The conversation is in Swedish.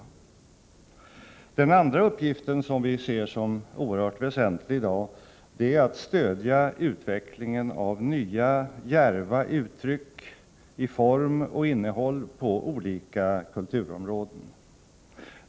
Den andra uppgiften, som vi ser som oerhört väsentlig i dag, är att stödja utvecklingen av nya djärva uttryck i form och innehåll på olika kulturområden.